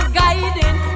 guiding